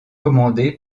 commandées